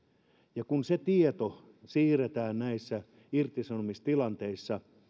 ja kun se tieto siirretään irtisanomistilanteissa